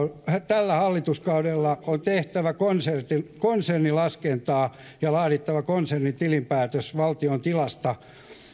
tällä hallituskaudella on tehtävä konsernilaskentaa ja laadittava konsernitilinpäätös valtion tilasta